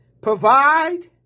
Provide